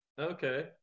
Okay